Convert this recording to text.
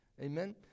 amen